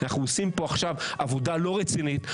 אנחנו עושים פה עכשיו עבודה לא רצינית,